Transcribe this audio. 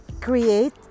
create